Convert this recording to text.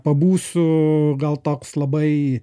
pabūsiu gal toks labai